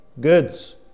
goods